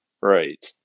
right